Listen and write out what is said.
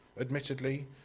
admittedly